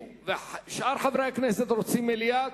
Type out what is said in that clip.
שאר חברי הכנסת רוצים מליאה.